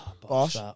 Boss